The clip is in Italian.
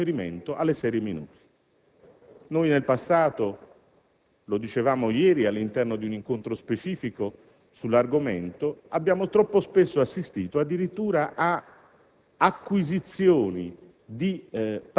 le TV locali, con particolare riferimento alle serie minori. Nel passato - lo dicevamo ieri nel corso di uno specifico incontro sull'argomento - abbiamo troppo spesso assistito addirittura ad